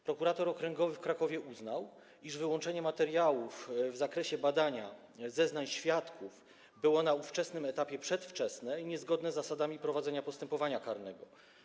Prokurator okręgowy w Krakowie uznał, iż wyłączenie materiałów w zakresie badania zeznań świadków było na ówczesnym etapie przedwczesne i niezgodne z zasadami prowadzenia postępowania karnego.